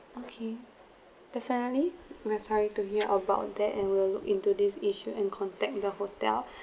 okay definitely we're sorry to hear about that and we'll look into this issue and contact the hotel